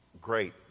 great